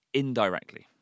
indirectly